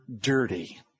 dirty